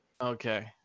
Okay